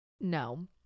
No